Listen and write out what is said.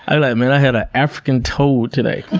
i like and i had an african toad today.